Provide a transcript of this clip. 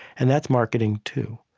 and that's marketing too.